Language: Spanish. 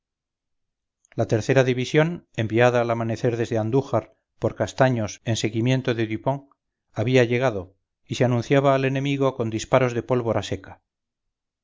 la tercera división enviada al amanecer desde andújar por castaños en seguimiento de dupont había llegado y se anunciaba al enemigo con disparosde pólvora seca